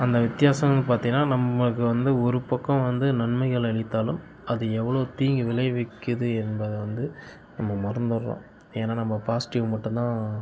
அந்த வித்தியாசங்கள்ன்னு பார்த்திங்கன்னா நம்மளுக்கு வந்து ஒரு பக்கம் வந்து நன்மைகள் அளித்தாலும் அது எவ்வளோ தீங்கு விளைவிக்கிறது என்பதை வந்து நம்ம மறந்திட்றோம் ஏன்னா நம்ம பாசிடிவ் மட்டுந்தான்